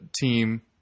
team